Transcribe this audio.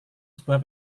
sebuah